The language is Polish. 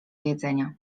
jedzenia